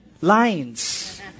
lines